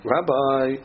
Rabbi